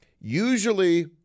Usually